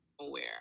aware